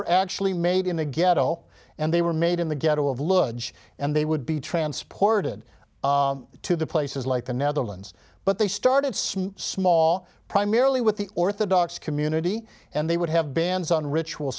are actually made in the ghetto and they were made in the ghetto of luggage and they would be transported to the places like the netherlands but they started small small primarily with the orthodox community and they would have bans on ritual